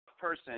person